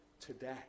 today